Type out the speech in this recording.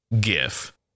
gif